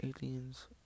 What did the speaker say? aliens